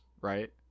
right